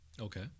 Okay